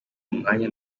umwanya